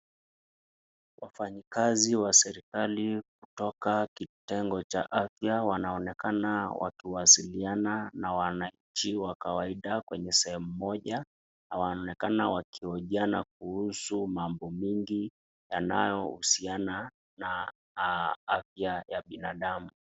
Wafanyakazi wa serekali kutoka kitengo cha afya wanaonekana wakiwasiliana na wananchi wa kawaida kwenye sehemu moja wanaonekana wakohojiana kuhusu mamabo mengi yanayohusiana na afya ya binadamu.